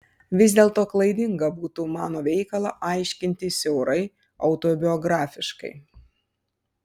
vis dėlto klaidinga būtų mano veikalą aiškinti siaurai autobiografiškai